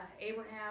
Abraham